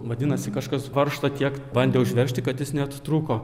vadinasi kažkas varžto tiek bandė užveržti kad jis net trūko